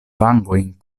vangojn